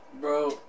Bro